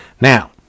Now